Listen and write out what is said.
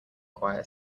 choir